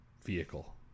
vehicle